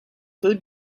food